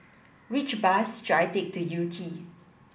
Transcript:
which bus should I take to Yew Tee